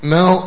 Now